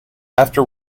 after